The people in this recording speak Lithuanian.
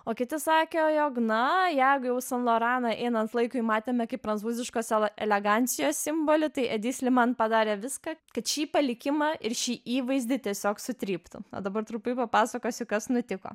o kiti sakė jog na jeigu jau san loraną einant laikui matėme kaip prancūziškos ela elegancijos simbolį tai edis liman padarė viską kad šį palikimą ir šį įvaizdį tiesiog sutryptų o dabar trumpai papasakosiu kas nutiko